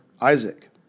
Isaac